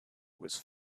was